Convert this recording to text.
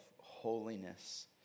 holiness